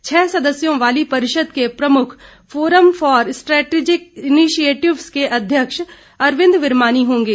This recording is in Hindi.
छह सदस्यों वाली परिषद के प्रमुख फोरम फॉर स्ट्रैटेजिक इनीशिएटिव्स के अध्यक्ष अरविंद विरमानी होंगे